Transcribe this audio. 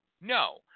No